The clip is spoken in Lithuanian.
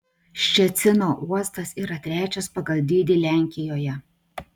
ščecino uostas yra trečias pagal dydį lenkijoje